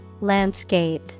Landscape